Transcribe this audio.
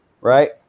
right